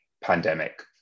pandemic